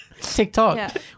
TikTok